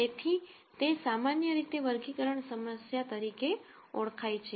તેથી તે સામાન્ય રીતે વર્ગીકરણ સમસ્યા તરીકે ઓળખાય છે